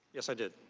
yes i did.